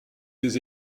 des